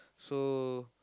so